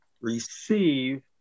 receive